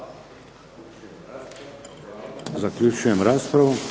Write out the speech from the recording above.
Zaključujem raspravu.